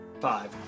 Five